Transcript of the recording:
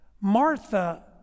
Martha